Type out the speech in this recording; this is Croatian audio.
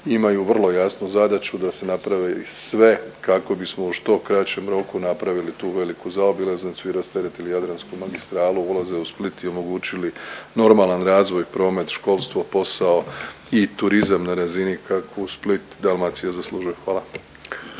imaju vrlo jasnu zadaću da se napravi sve kako bismo u što kraćem roku napravili tu veliku zaobilaznicu i rasteretili Jadransku magistralu, ulaze u Split i omogućili normalan razvoj, promet, školstvo, posao i turizam na razini kakvu Split, Dalmacija zaslužuje. Hvala.